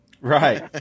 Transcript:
Right